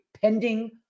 pending